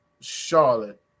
Charlotte